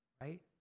Right